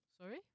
Sorry